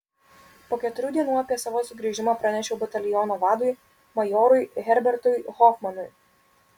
po keturių dienų apie savo sugrįžimą pranešiau bataliono vadui majorui herbertui hofmanui